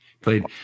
played